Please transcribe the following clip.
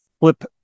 flip